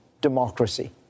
democracy